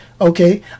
Okay